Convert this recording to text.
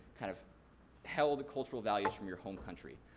kind of held cultural values from your home country.